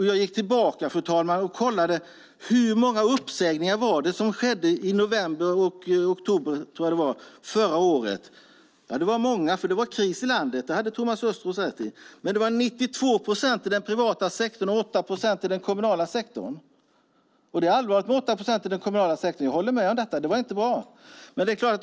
Jag kollade hur många uppsägningar som skedde i oktober och november förra året. Det var många eftersom det var kris i landet. Det hade Thomas Östros rätt i. Av dem var 92 procent i den privata sektorn och 8 procent i den kommunala sektorn. Det är allvarligt med 8 procent i den kommunala sektorn; det håller jag med om.